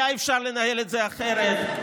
היה אפשר לנהל את זה אחרת.